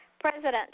President